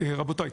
רבותי,